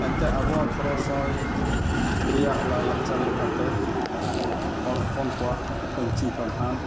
ᱮᱱᱛᱮ ᱟᱵᱚᱣᱟᱜ ᱠᱷᱮᱨᱚᱣᱟᱞ ᱥᱚᱢᱟᱡᱽ ᱨᱮᱭᱟᱜ ᱞᱟᱭᱞᱟᱠᱪᱟᱨ ᱞᱮᱠᱟᱛᱮ ᱦᱚᱲ ᱦᱚᱯᱚᱱ ᱠᱚᱣᱟᱜ ᱯᱟᱺᱧᱪᱤᱼᱯᱟᱲᱦᱟᱸᱴ